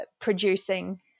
producing